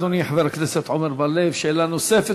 אדוני, חבר הכנסת עמר בר-לב, שאלה נוספת.